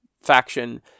faction